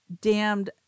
damned